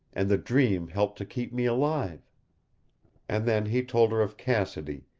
and the dream helped to keep me alive and then he told her of cassidy,